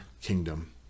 kingdom